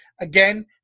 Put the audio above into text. Again